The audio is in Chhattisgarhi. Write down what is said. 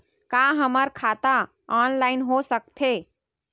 का हमर खाता ऑनलाइन हो सकथे?